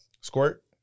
Squirt